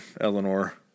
Eleanor